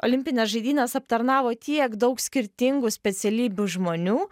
olimpines žaidynes aptarnavo tiek daug skirtingų specialybių žmonių